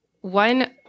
one